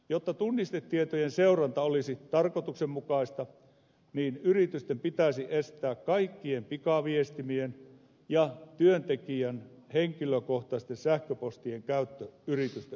jotta tunnistetietojen seuranta olisi tarkoituksenmukaista yritysten pitäisi estää kaikkien pikaviestimien ja työntekijän henkilökohtaisten sähköpostien käyttö yritysten ulkopuolelle